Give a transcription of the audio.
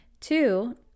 Two